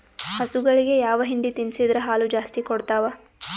ಹಸುಗಳಿಗೆ ಯಾವ ಹಿಂಡಿ ತಿನ್ಸಿದರ ಹಾಲು ಜಾಸ್ತಿ ಕೊಡತಾವಾ?